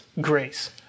grace